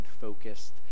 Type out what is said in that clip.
focused